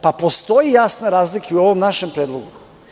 Postoji jasna razlika i u ovom našem predlogu.